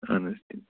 اہن حظ